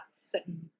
certain